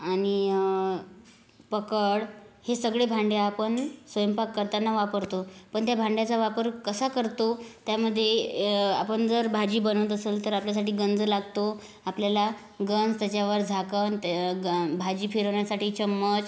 आणि पकड हे सगळी भांडे आपण स्वयंपाक करतांना वापरतो पण त्या भांड्याचा वापर कसा करतो त्यामध्ये आपण जर भाजी बनवत असंल तर आपल्यासाठी गंज लागतो आपल्याला गंज त्याच्यावर झाकण भाजी फिरवण्यासाठी चम्मच